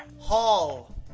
Hall